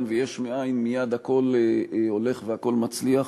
ויש מאין מייד הכול הולך והכול מצליח.